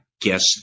guess